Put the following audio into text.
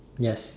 yes